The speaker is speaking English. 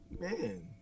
man